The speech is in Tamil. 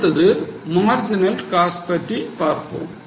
அடுத்து marginal cost பற்றி பார்ப்போம்